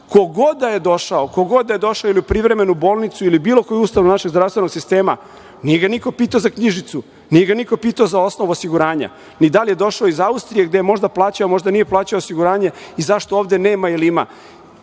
naplaćen. Ko god da je došao ili u privremenu bolnicu ili bilo koju ustanovu našeg zdravstvenog sistema, nije ga niko pitao za knjižicu, nije ga niko pitao za osnov osiguranja, ni da li je došao iz Austrije, gde je možda plaćao, možda nije plaćao osiguranje i zašto ovde nema ili ima. Da